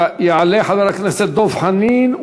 יעלה חבר הכנסת דב חנין,